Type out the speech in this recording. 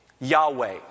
Yahweh